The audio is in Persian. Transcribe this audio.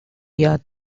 یاد